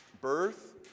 Birth